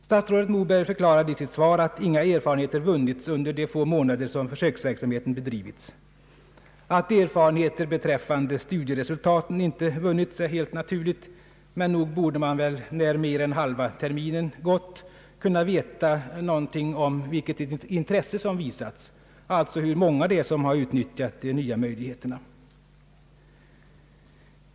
Statsrådet Moberg förklarade i sitt svar, att inga erfarenheter har vunnits under de få månader som försöksverksamheten har bedrivits. Att erfarenheter beträffande studieresultaten inte har vunnits är helt naturligt, men nog borde man väl när mer än halva terminen har gått kunna veta något om vilket intresse som har visats, alltså hur många det är som har utnyttjat de nya möjligheterna.